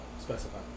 Specify